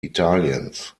italiens